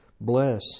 bless